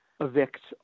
evict